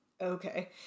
okay